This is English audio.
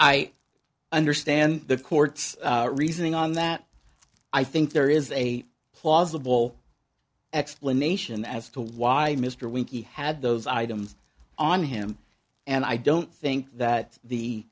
i understand the court's reasoning on that i think there is a plausible explanation as to why mr winky had those items on him and i don't think that the